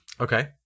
Okay